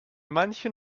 manchen